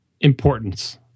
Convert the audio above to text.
importance